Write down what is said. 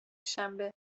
شنبه